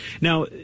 Now